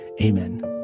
amen